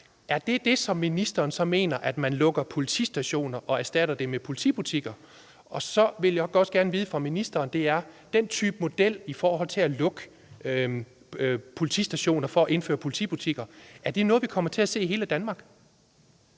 er det så det, som ministeren mener med at lukke politistationer og erstatte dem med politibutikker? Så vil jeg også gerne have at vide af ministeren: Er den type model for at lukke politistationer, altså ved at indføre politibutikker, noget, vi kommer til at se i hele Danmark?